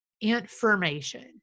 information